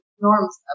norms